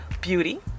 beauty